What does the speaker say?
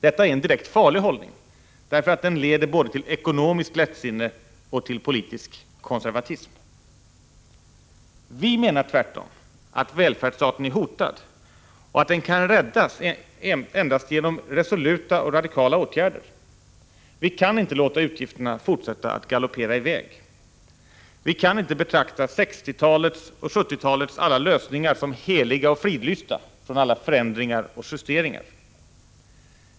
Detta är en direkt farlig hållning, därför att den leder både till ekonomiskt lättsinne och till politisk konservatism. Vi menar tvärtom, att välfärdsstaten är hotad och att den kan räddas endast genom resoluta och radikala åtgärder. Vi kan inte låta utgifterna fortsätta att galoppera i väg. Vi kan inte betrakta 60-talets och 70-talets alla lösningar som heliga och fridlysta från alla förändringar och justeringar.